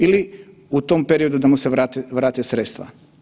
Ili u tom periodu da mu se vrate sredstva.